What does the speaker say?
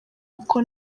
kuko